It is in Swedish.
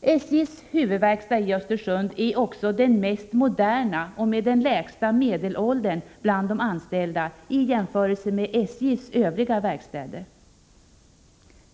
SJ:s huvudverkstad i Östersund är också den mest moderna och den med den lägsta medelåldern bland de anställda i jämförelse med SJ:s övriga verkstäder.